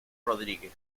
rodríguez